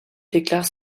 déclarent